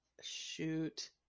shoot